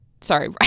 Sorry